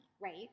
right